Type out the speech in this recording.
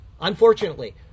Unfortunately